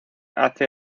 hace